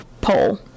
poll